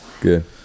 Good